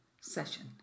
session